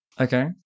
Okay